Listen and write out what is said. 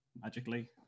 magically